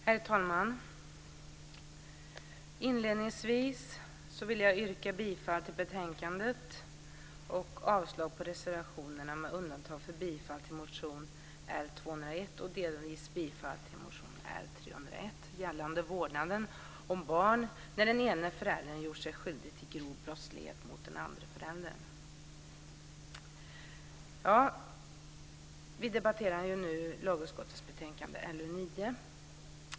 Herr talman! Jag vill inledningsvis yrka bifall till förslaget i betänkandet och avslag på reservationerna med undantag för bifall till motion L201 och delvis bifall till motion L301 gällande vårdnaden om barn när den ena föräldern gjort sig skyldig till grov brottslighet mot den andra föräldern. Vi debatterar nu lagutskottets betänkande LU9.